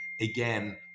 Again